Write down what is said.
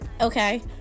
okay